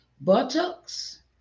buttocks